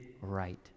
right